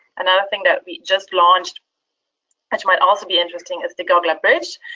another thing that we just launched which might also be interesting is the gogla bridge.